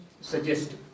suggest